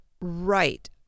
Right